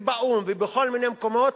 ובאו"ם ובכל מיני מקומות,